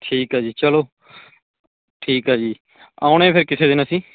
ਠੀਕ ਹੈ ਜੀ ਚਲੋ ਠੀਕ ਆ ਜੀ ਆਉਂਦੇ ਫਿਰ ਕਿਸੇ ਦਿਨ ਅਸੀਂ